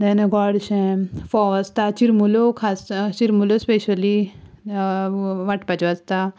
देन गोडशें फोव आसता चिरमुल्यो खास चिरमुल्यो स्पेशली वांटपाच्यो आसता